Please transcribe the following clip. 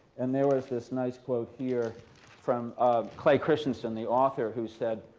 and there was this nice quote here from ah clay christensen, the author, who said,